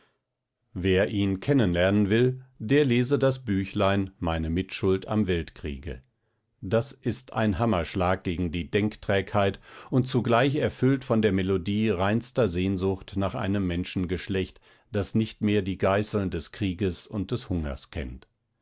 wer ihn kennen lernen will der lese das büchlein meine mitschuld am weltkriege das ist ein hammerschlag gegen die denkträgheit und zugleich erfüllt von der melodie reinster sehnsucht nach einem menschengeschlecht das nicht mehr die geißeln des krieges und des hungers kennt